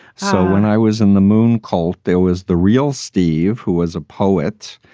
so when i was in the moon cult, there was the real steve, who was a poet,